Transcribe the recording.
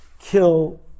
kill